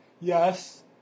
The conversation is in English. Yes